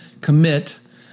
commit